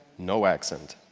no accent.